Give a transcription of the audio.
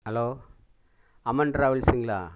hello Amman டிராவல்ஸுங்களா